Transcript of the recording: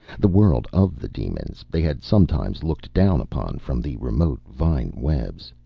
the world of the demons they had sometimes looked down upon from the remote vine-webs.